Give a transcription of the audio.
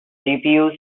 gpus